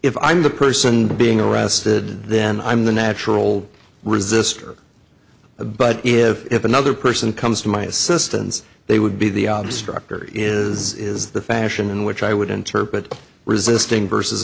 if i'm the person being arrested then i'm the natural resistor but if another person comes to my assistance they would be the obvious trucker is is the fashion in which i would interpret resisting versus